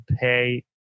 pay